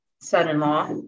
son-in-law